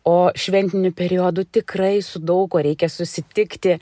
o šventiniu periodu tikrai su daug kuo reikia susitikti